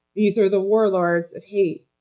these are the warlords of hate.